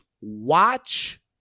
watch